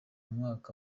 mwaka